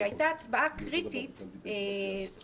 שהיא הייתה הצבעה קריטית מאוד,